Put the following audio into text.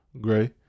Gray